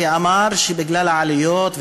ואמר שבגלל העלויות,